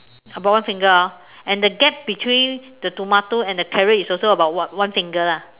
about one finger orh and the gap between the tomato and the carrot is also about what one finger lah